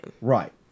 Right